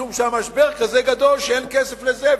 משום שהמשבר כזה גדול שאין כסף לזה,